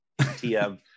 TM